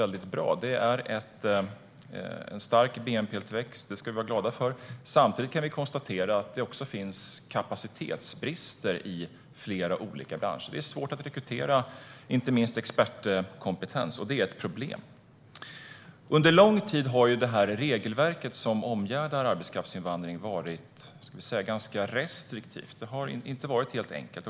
Bnp-tillväxten är stark, vilket vi ska vara glada för. Samtidigt kan vi konstatera att det finns kapacitetsbrister i flera olika branscher. Det är svårt att rekrytera inte minst expertkompetens. Det är ett problem. Regelverket som omgärdar arbetskraftsinvandring har under lång tid varit ganska restriktivt. Det har inte varit helt enkelt.